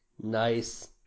Nice